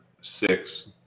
six